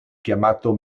chiamato